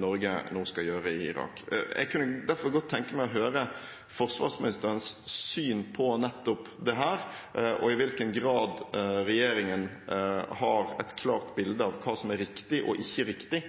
Norge nå skal gjøre i Irak. Jeg kunne derfor godt tenke meg å høre forsvarsministerens syn på nettopp dette, og i hvilken grad regjeringen har et klart bilde av hva som er riktig og ikke riktig